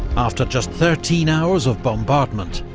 after just thirteen hours of bombardment,